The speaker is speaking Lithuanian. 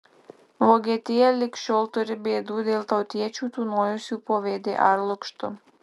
vokietija lig šiol turi bėdų dėl tautiečių tūnojusių po vdr lukštu